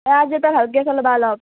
অঁ আজিৰ পৰা ভালকৈ চলাবা অলপ